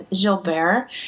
Gilbert